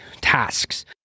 tasks